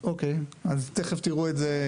עד כמה שאני זוכר מהעבודה שלי במשרד הקליטה,